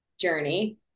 journey